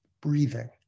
breathing